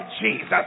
Jesus